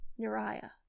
Neriah